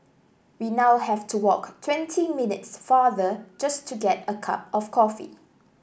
we now have to walk twenty minutes farther just to get a cup of coffee